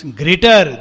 greater